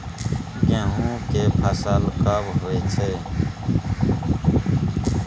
गेहूं के फसल कब होय छै?